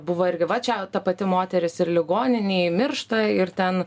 buvo irgi va čia ta pati moteris ir ligoninėj miršta ir ten